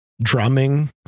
drumming